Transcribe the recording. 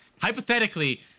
hypothetically